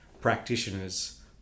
practitioners